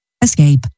Escape